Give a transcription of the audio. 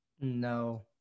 No